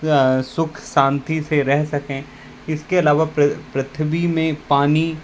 सुख शांति से रह सके इसके अलावा पृथ्वी में पानी